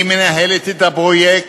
היא מנהלת את הפרויקט,